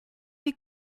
wie